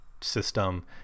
system